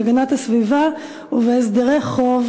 בהגנת הסביבה ובהסדרי חוב,